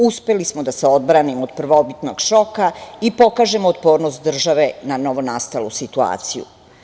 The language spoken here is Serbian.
Uspeli smo da se odbranimo od prvobitnog šoka i pokažemo otpornost države na novonastalu situaciju.